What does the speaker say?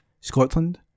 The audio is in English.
Scotland